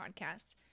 podcast